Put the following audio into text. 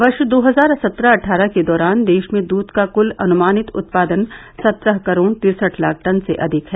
वर्ष दो हजार सत्रह अट्ठारह के दौरान देश में दूध का कुल अनुमानित उत्पादन सत्रह करोड़ तिरसठ लाख टन से अधिक है